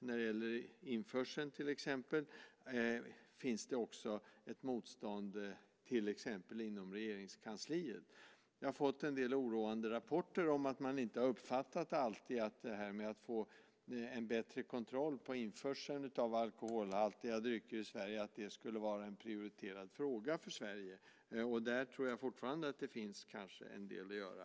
När det gäller införseln finns det också ett motstånd till exempel inom Regeringskansliet. Jag har fått en del oroande rapporter om att man inte alltid har uppfattat att en bättre kontroll på införseln av alkoholhaltiga drycker i Sverige skulle vara en prioriterad fråga för Sverige. Där tror jag fortfarande att det kanske finns en del att göra.